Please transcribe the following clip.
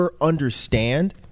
understand